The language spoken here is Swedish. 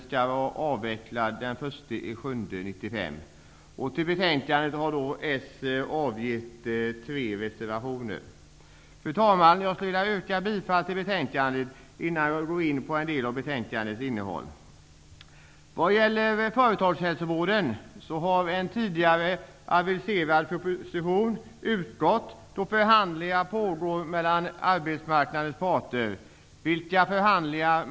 Innan jag går in på betänkandets innehåll yrkar jag bifall till utskottets hemställan. Vad gäller företagshälsovården har en tidigare aviserad proposition utgått då förhandlingar pågår mellan arbetsmarknadens parter.